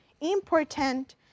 important